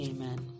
Amen